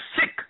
sick